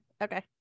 okay